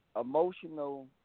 Emotional